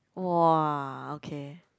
[wah] okay